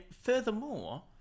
furthermore